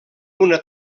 una